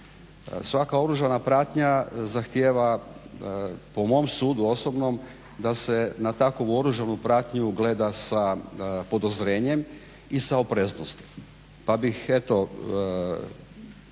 Svaka oružana pratnja zahtjeva po mom sudu osobnom da se na takvu oružanju pratnju gleda sa podozrenjem i sa opreznosti, pa bih eto